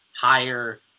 higher